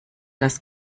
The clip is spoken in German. das